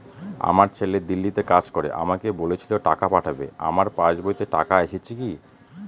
আমার ছেলে দিল্লীতে কাজ করে আমাকে বলেছিল টাকা পাঠাবে আমার পাসবইতে টাকাটা এসেছে কি?